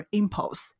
impulse